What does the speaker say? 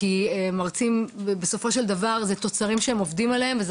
כי מרצים בסופו של דבר הם תוצרים שהם עובדים עליהם וזה